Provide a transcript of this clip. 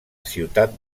ciutat